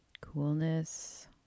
coolness